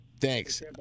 thanks